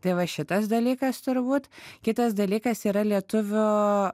tai va šitas dalykas turbūt kitas dalykas yra lietuvių